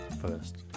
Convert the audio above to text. First